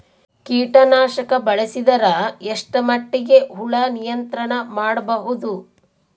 ಕೀಟನಾಶಕ ಬಳಸಿದರ ಎಷ್ಟ ಮಟ್ಟಿಗೆ ಹುಳ ನಿಯಂತ್ರಣ ಮಾಡಬಹುದು?